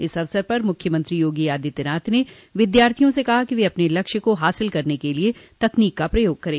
इस अवसर पर मुख्यमंत्री योगी आदित्यनाथ ने विद्यार्थियों से कहा कि वह अपने लक्ष्य को हासिल करने के लिये तकनीक का प्रयोग करें